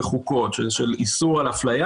בחוקות איסור על אפליה.